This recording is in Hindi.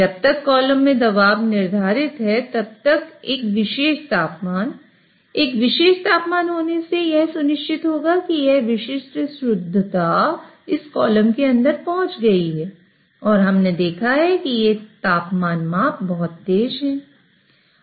जब तक कॉलम में दबाव निर्धारित है तब तक एक विशेष तापमान एक विशेष तापमान होने से यह सुनिश्चित होगा कि एक विशिष्ट शुद्धता इस कॉलम के अंदर पहुंच गई है और हमने देखा है कि ये तापमान माप बहुत तेज हैं